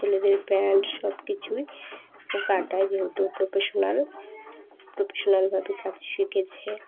ছেলেদের প্যান্ট সব কিছুই কাটায় যেহেতু প্রফেশনাল প্রফেশনালভাবে কাজ শিখেছে